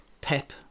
Pep